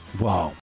Wow